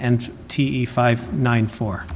and t e five nine four